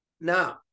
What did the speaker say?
Now